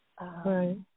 Right